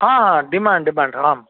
demand demand आम्